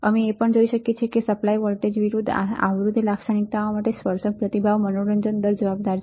અમે એ પણ જોઈએ છીએ કે સપ્લાય વોલ્ટેજ વિરુદ્ધ આવૃતિ લાક્ષણિકતાઓ માટે સ્પર્શક પ્રતિભાવ મનોરંજન દર જવાબદાર છે